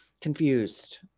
confused